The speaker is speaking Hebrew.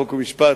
חוק ומשפט,